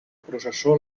processó